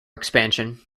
expansion